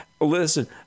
Listen